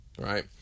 right